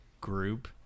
group